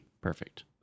Perfect